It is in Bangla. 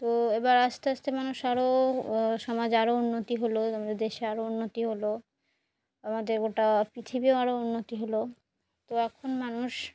তো এবার আস্তে আস্তে মানুষ আরও সমাজ আরও উন্নতি হলো আমাদের দেশে আরও উন্নতি হলো আমাদের গোটা পৃথিবীও আরও উন্নতি হলো তো এখন মানুষ